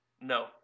No